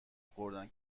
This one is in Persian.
خوردن